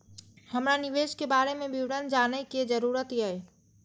हमरा निवेश के बारे में विवरण जानय के जरुरत ये?